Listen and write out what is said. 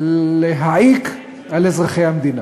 להעיק על אזרחי המדינה.